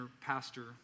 pastor